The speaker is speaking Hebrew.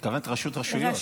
התכוונת ראשות רשויות.